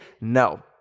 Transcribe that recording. No